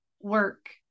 work